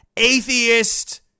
atheist